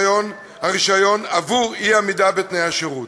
הרישיון עבור אי-עמידה בתנאי השירות,